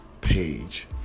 page